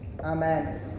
Amen